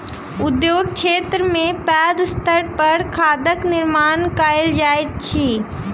उद्योग क्षेत्र में पैघ स्तर पर खादक निर्माण कयल जाइत अछि